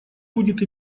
будет